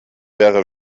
wäre